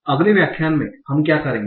अगले व्याख्यान में हम क्या करेंगे